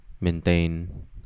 maintain